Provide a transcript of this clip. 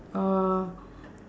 uh